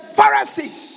Pharisees